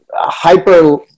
hyper